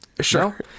Sure